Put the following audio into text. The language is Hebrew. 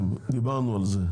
דיברנו על זה,